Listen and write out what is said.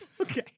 Okay